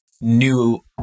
new